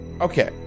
Okay